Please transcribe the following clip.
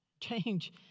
Change